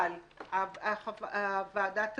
אבל הוועדה תצביע,